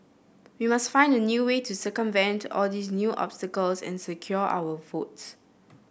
we must find a new way to circumvent all these new obstacles and secure our votes